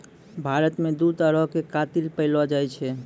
भारत मे दु तरहो के कातिल पैएलो जाय छै